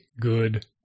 good